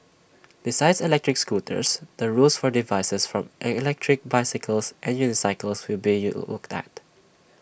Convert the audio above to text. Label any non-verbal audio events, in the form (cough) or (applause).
besides electric scooters the rules for devices from electric bicycles and unicycles will be (unintelligible) looked at